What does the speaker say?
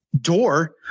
door